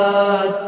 God